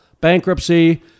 bankruptcy